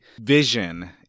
vision